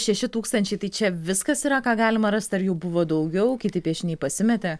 šeši tūkstančiai tai čia viskas yra ką galima rast ar jų buvo daugiau kiti piešiniai pasimetė